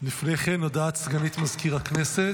לפני כן, הודעת סגנית מזכיר הכנסת.